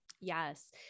Yes